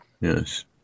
Yes